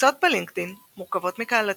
קבוצות בלינקדאין מורכבות מקהילות